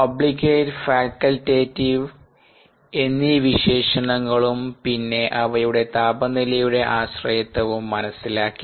obligate facultative എന്നീ വിശേഷണങ്ങളുംപിന്നെ അവയുടെ താപനിലയുടെ ആശ്രയത്വവും മനസ്സിലാക്കി